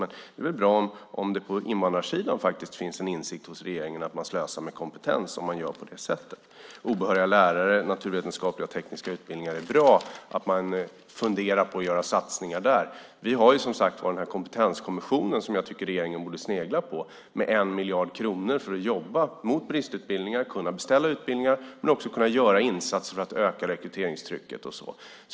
Men det är väl bra om det på invandrarsidan faktiskt finns en insikt hos regeringen att man slösar med kompetens om man gör på det sättet. Det är bra att man funderar på satsningar på utbildning för obehöriga lärare och naturvetenskapliga och tekniska utbildningar. Vi har som sagt var den här kompetenskommissionen som jag tycker att regeringen borde snegla på. Det handlar om 1 miljard kronor för att jobba mot bristutbildningar, kunna beställa utbildningar och också kunna göra insatser för att öka rekryteringstrycket.